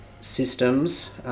systems